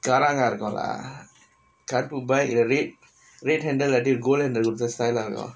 garang கா இருக்கோல கருப்பு:ga irukkola karuppu bike இல்ல:illa red red handle இல்லாட்டி:illaatti gold handle கொடுத்தா:koduthaa style lah இருக்கு:irukku